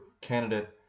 candidate